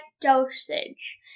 dosage